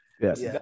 yes